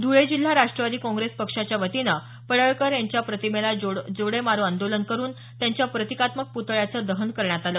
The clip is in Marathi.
धुळे जिल्हा राष्ट्रवादी काँग्रेस पक्षाच्या वतीने पडळकर यांच्या प्रतिमेला जोडो मारो आंदोलन करून त्यांच्या प्रतिकात्मक प्रतळ्याचं दहन करण्यात आलं